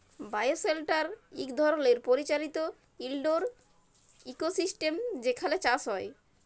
bioshelter ইক ধরলের পরিচালিত ইলডোর ইকোসিস্টেম যেখালে চাষ হ্যয়